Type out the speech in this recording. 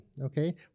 okay